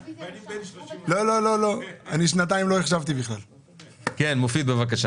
שהם לא רק מ-ש"ס אלא גם מיהדות התורה